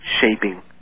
shaping